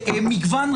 הזה.